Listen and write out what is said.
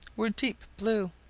were deep blue.